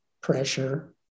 pressure